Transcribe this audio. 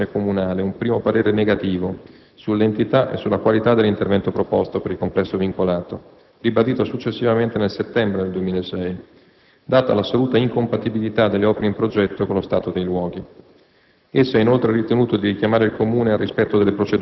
Nel giugno 2006 la Soprintendenza ha inviato all'amministrazione comunale un primo parere negativo sull'entità e sulla qualità dell'intervento proposto per il complesso vincolato, ribadito successivamente nel settembre 2006, data l'assoluta incompatibilità delle opere in progetto con lo stato dei luoghi.